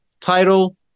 title